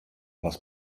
was